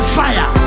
fire